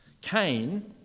Cain